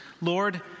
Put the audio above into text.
Lord